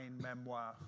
memoir